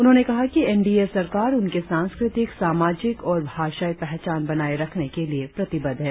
उन्होंने कहा कि एनडीए सरकार उनकी सांस्कृतिक सामाजिक और भाषायी पहचान बनाए रखने के लिए प्रतिबद्ध है